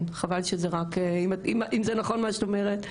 אם זה נכון מה שאת אומרת,